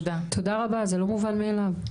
תודה רבה זה לא מובן מאליו,